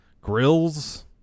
grills